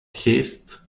haste